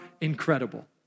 incredible